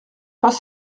pas